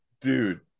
dude